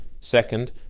Second